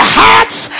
hearts